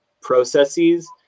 processes